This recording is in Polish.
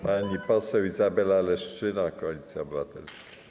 Pani poseł Izabela Leszczyna, Koalicja Obywatelska.